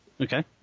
Okay